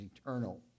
eternal